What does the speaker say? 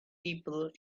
people